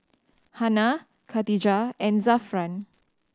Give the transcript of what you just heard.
Hana Katijah and Zafran